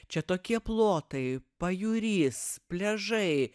čia tokie plotai pajūrys pliažai